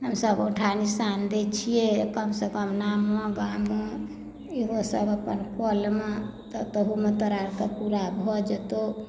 हमसभ औँठा निशान दैत छियै कमसँ कम नामो गामो इहोसभ अपन कऽ लेमे तऽ ताहुमे तोरा आओरकेँ पूरा भऽ जेतहु